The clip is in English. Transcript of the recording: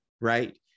right